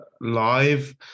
live